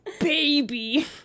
baby